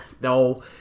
No